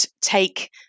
take